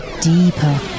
deeper